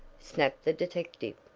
snapped the detective.